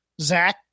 zach